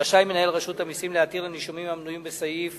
רשאי מנהל רשות המסים להתיר לנישומים המנויים בסעיף